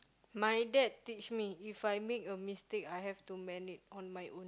my dad teach me If I make a mistake I have to mend it on my own